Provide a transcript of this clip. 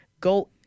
go